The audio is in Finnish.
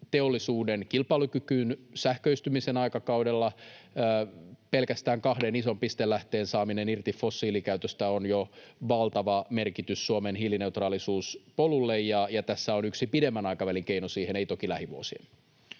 teollisuuden kilpailukykyyn sähköistymisen aikakaudella. Pelkästään kahden ison pistelähteen saamisella irti fossiilikäytöstä on jo valtava merkitys Suomen hiilineutraalisuuspolulle, ja tässä on yksi pidemmän aikavälin keino siihen, ei toki lähivuosien.